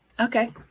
okay